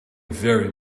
very